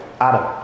Adam